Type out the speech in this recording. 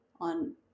on